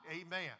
Amen